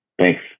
Thanks